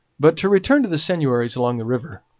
but to return to the seigneuries along the river.